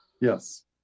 Yes